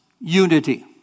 Unity